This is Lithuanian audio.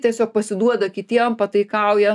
tiesiog pasiduoda kitiem pataikauja